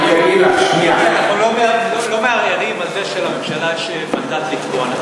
אנחנו לא מערערים על זה שלממשלה יש מנדט לקבוע.